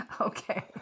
Okay